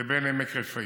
לבין עמק רפאים.